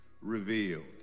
revealed